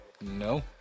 No